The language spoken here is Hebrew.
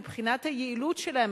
מבחינת היעילות שלהם,